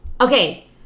okay